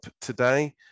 today